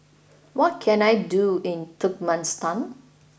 what can I do in Turkmenistan